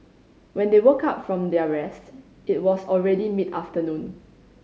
when they woke up from their rest it was already mid afternoon